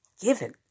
given